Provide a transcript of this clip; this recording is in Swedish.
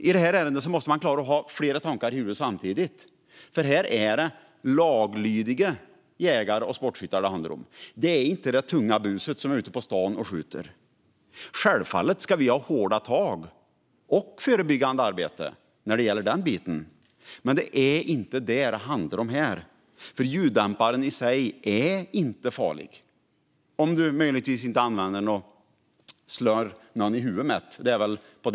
I detta ärende måste man klara att ha flera tankar i huvudet samtidigt, för det handlar om laglydiga jägare och sportskyttar, inte det tunga buset som är ute på stan och skjuter. Självfallet ska det vara hårda tag och förebyggande arbete i den biten, men det handlar inte om det här. Ljuddämparen i sig är inte farlig, om du inte slår den i huvudet på någon förstås.